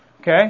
Okay